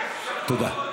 ואני מוותר.